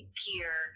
gear